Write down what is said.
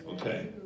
okay